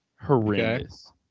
Horrendous